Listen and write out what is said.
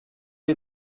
you